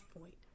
point